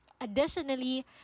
Additionally